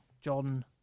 John